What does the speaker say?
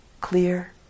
clear